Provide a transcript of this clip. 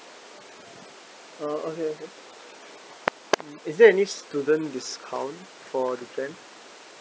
uh okay okay is there any student discount for the plan